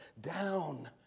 down